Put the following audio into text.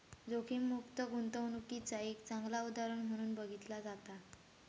जोखीममुक्त गुंतवणूकीचा एक चांगला उदाहरण म्हणून बघितला जाता